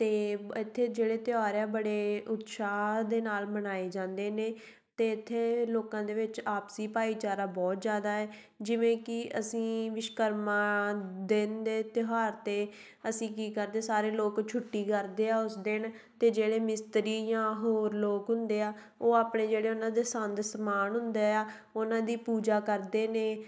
ਅਤੇ ਇੱਥੇ ਜਿਹੜੇ ਤਿਉਹਾਰ ਆ ਬੜੇ ਉਤਸ਼ਾਹ ਦੇ ਨਾਲ ਮਨਾਏ ਜਾਂਦੇ ਨੇ ਅਤੇ ਇੱਥੇ ਲੋਕਾਂ ਦੇ ਵਿੱਚ ਆਪਸੀ ਭਾਈਚਾਰਾ ਬਹੁਤ ਜ਼ਿਆਦਾ ਹੈ ਜਿਵੇਂ ਕਿ ਅਸੀਂ ਵਿਸ਼ਕਰਮਾ ਦਿਨ ਦੇ ਤਿਉਹਾਰ 'ਤੇ ਅਸੀਂ ਕੀ ਕਰਦੇ ਸਾਰੇ ਲੋਕ ਛੁੱਟੀ ਕਰਦੇ ਆ ਉਸ ਦਿਨ ਅਤੇ ਜਿਹੜੇ ਮਿਸਤਰੀ ਜਾਂ ਹੋਰ ਲੋਕ ਹੁੰਦੇ ਆ ਉਹ ਆਪਣੇ ਜਿਹੜੇ ਉਹਨਾਂ ਦੇ ਸੰਦ ਸਮਾਨ ਹੁੰਦੇ ਆ ਉਹਨਾਂ ਦੀ ਪੂਜਾ ਕਰਦੇ ਨੇ